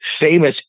famous